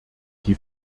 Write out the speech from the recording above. die